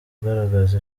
agaragaza